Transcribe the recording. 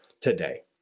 today